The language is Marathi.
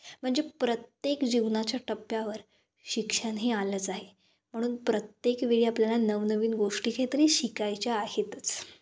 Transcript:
म्हणजे प्रत्येक जीवनाच्या टप्प्यावर शिक्षण हे आलंच आहे म्हणून प्रत्येक वेळी आपल्याला नवनवीन गोष्टी कायतरी शिकायच्या आहेतच